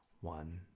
one